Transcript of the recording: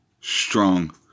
strong